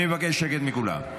אני מבקש שקט מכולם.